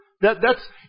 That—that's